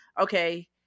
okay